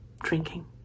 drinking